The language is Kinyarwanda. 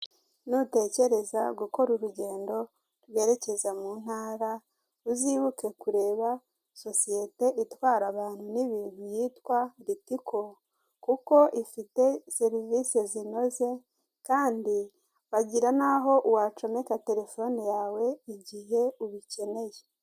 Nutekereza gukora urugendo rwerekeza mu ntara, uzibuke kureba sosiyete itwara abantu n'ibintu yitwa ritiko kuko ifite serivisi zinoze, kandi bagira n'aho wacomeka telefone yawe igihe ubikeneye.